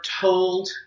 told